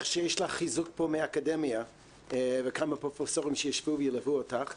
שיש לך חיזוק פה מהאקדמיה וכמה פרופסורים שישבו וילוו אותך,